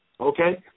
okay